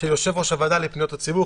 של יושב-ראש הוועדה לפניות הציבור,